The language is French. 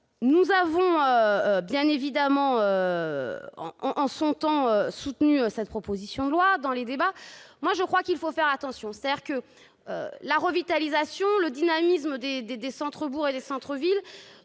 nous avons évidemment soutenu cette proposition de loi. Pour autant, je crois qu'il faut faire attention, c'est-à-dire que la revitalisation et le dynamisme des centres-bourgs et des centres-villes